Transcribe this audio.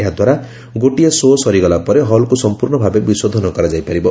ଏହା ଦ୍ୱାରା ଗୋଟିଏ ସୋ' ସରିଗଲା ପରେ ହଲ୍କୁ ସଂପୂର୍ଣ୍ଣ ଭାବେ ବିଶୋଧନ କରାଯାଇପାରିବ